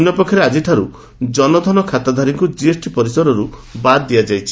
ଅନ୍ୟପକ୍ଷରେ ଆକିଠାରୁ ଜନଧନ ଖାତାଧାରୀଙ୍କୁ ଜିଏସ୍ଟି ପରିସରରୁ ବାଦ୍ ଦିଆଯାଇଛି